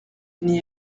n’y